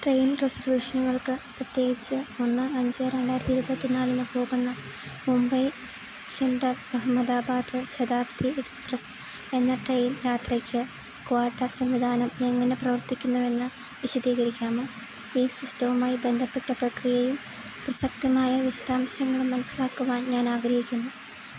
train റിസർവേഷനുകൾക്ക് പ്രത്യേകിച്ച് ഒന്ന് അഞ്ച് രണ്ടായിരത്തി ഇരുപത്തിനാലിന് പോകുന്ന മുംബൈ സെൻട്രല് അഹമ്മദാബാദ് ശതാബ്ദി എക്സ്പ്രസ്സ് എന്ന ട്രെയിൻ യാത്രയ്ക്ക് ക്വാട്ട സംവിധാനം എങ്ങനെ പ്രവർത്തിക്കുന്നുവെന്ന് വിശദീകരിക്കാമോ ഈ സിസ്റ്റവുമായി ബന്ധപ്പെട്ട പ്രക്രിയയും പ്രസക്തമായ വിശദാംശങ്ങളും മനസ്സിലാക്കുവാൻ ഞാനാഗ്രഹിക്കുന്നു